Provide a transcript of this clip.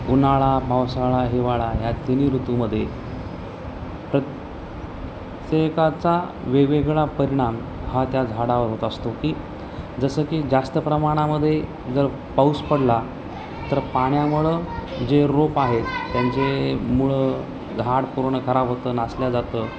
उन्हाळा पावसाळा हिवाळा या तिन्ही ऋतूमध्ये प्रत्येकाचा वेगवेगळा परिणाम हा त्या झाडावर होत असतो की जसं की जास्त प्रमाणामध्ये जर पाऊस पडला तर पाण्यामुळं जे रोप आहेत त्यांचे मुळं झाड पूर्ण खराब होतं नासलं जातं